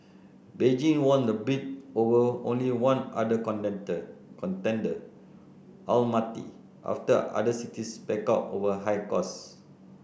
Beijing won the bid over only one other contender Almaty after other cities backed out over high costs